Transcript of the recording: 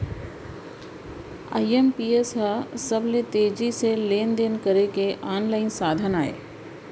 IMPS ह सबले तेजी से लेन देन करे के आनलाइन साधन अय